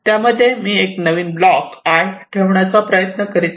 त्यामध्ये मी एक नवीन ब्लॉक i' ठेवण्याचा प्रयत्न करीत आहे